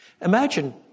Imagine